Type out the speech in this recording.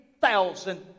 thousand